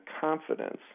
confidence